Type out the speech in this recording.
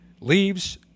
Leaves